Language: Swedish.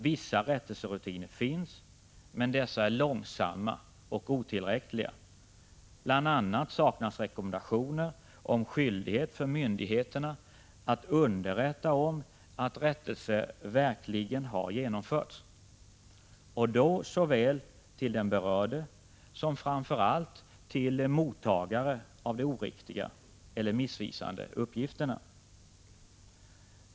Vissa rättelserutiner finns, men dessa är långsamma och otillräckliga. Bl. a. saknas rekommendationer om skyldighet för myndigheterna att underrätta om att rättelse verkligen har genomförts och göra det såväl till den berörde som framför allt till mottagare av de oriktiga eller missvisande uppgifterna.